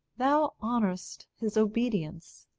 thou honour'st his obedience,